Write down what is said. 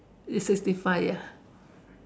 it's sixty five ya